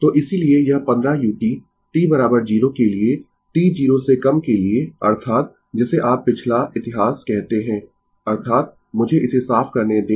तो इसीलिए यह 15 u t 0 के लिए t 0 से कम के लिए अर्थात जिसे आप पिछला इतिहास कहते है अर्थात मुझे इसे साफ करने दें